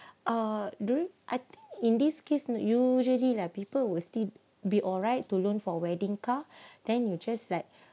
uh dulu I in this case usually lah people will still be alright to loan for wedding car then you just like